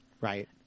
Right